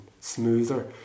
smoother